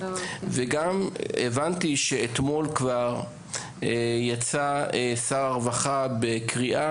וגם הבנתי שכבר אתמול יצא שר הרווחה בקריאה